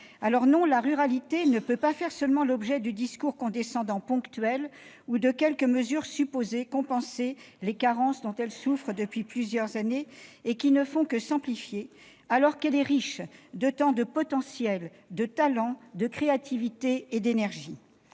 Non, la ruralité ne peut pas faire seulement l'objet de discours condescendants ponctuels ou de quelques mesures destinées à compenser les carences dont elle souffre depuis plusieurs années et qui ne font que s'amplifier, alors qu'elle est riche de tant de potentiel, de talents, de créativité et d'énergies.